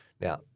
Now